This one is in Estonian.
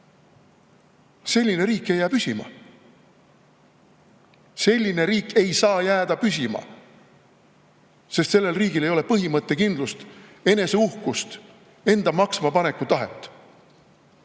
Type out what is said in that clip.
Selline riik ei jää püsima. Selline riik ei saa jääda püsima, sest sellisel riigil ei ole põhimõttekindlust, eneseuhkust, enda maksma paneku tahet.